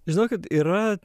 žinokit yra